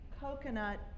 Coconut